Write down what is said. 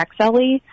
XLE